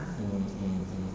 mm mm mm